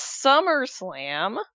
SummerSlam